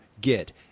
get